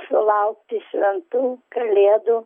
sulaukti šventų kalėdų